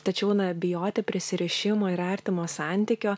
tačiau na bijoti prisirišimo ir artimo santykio